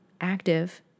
active